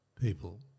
people